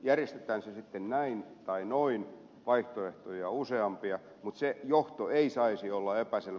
järjestetään se sitten näin tai noin vaihtoehtoja on useampia mutta se johto ei saisi olla epäselvä